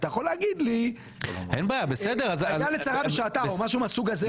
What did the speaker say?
אז אתה יכול להגיד דיה לצרה בשעתה או משהו מהסוג הזה.